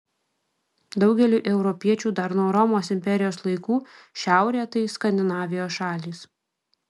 daugeliui europiečių dar nuo romos imperijos laikų šiaurė tai skandinavijos šalys